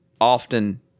often